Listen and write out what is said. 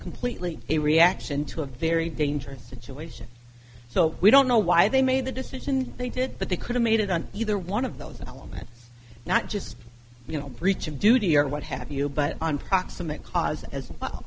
completely a reaction to a very dangerous situation so we don't know why they made the decision they did but they could have made it on either one of those elements not just you know breach of duty or what have you but on proximate cause as well